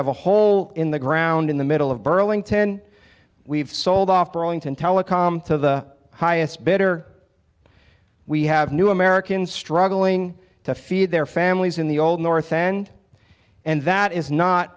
have a hole in the ground in the middle of burrowing ten we've sold off borrowing to telecom to the highest bidder we have new americans struggling to feed their families in the old north and and that is not